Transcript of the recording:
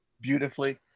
beautifully